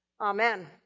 Amen